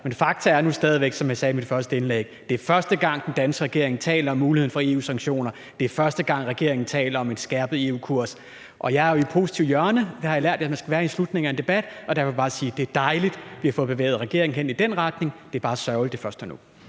Men fakta er nu stadig væk, som jeg sagde i mit første indlæg, at det er første gang, den danske regering taler om muligheden for EU-sanktioner, og at det er første gang, regeringen taler om en skærpet EU-kurs. Og jeg er jo i det positive hjørne – det har jeg lært at man skal være i slutningen af en debat – og derfor vil jeg bare sige, at det er dejligt, at vi har fået bevæget regeringen hen i den retning. Det er bare sørgeligt, at det først er nu.